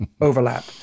overlap